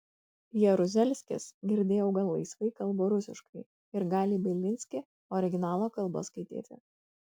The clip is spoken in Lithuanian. jaruzelskis girdėjau gan laisvai kalba rusiškai ir gali bielinskį originalo kalba skaityti